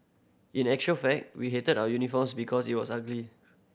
in a actual fact we hated our uniforms because it was ugly